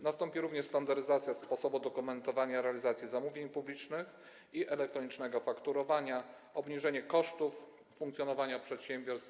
Nastąpi również standaryzacja sposobu dokumentowania realizacji zamówień publicznych i elektronicznego fakturowania i obniżenie kosztów funkcjonowania przedsiębiorstw.